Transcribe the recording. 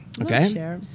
Okay